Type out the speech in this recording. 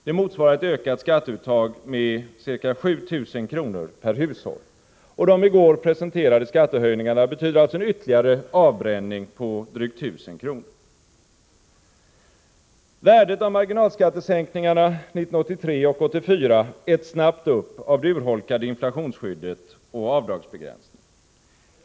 Det motsvarar ett ökat skatteuttag med ca 7 000 kr. per hushåll. De i går presenterade skattehöjningarna betyder alltså en ytterligare avbränning på drygt 1 000 kr. Värdet av marginalskattesänkningarna 1983 och 1984 äts snabbt upp av det urholkade inflationsskyddet och avdragsbegränsningen.